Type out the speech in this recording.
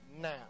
now